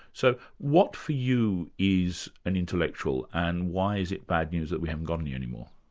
so what for you is an intellectual and why is it bad news that we haven't got any anymore?